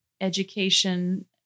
education